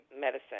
medicine